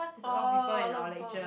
orh a lot people mm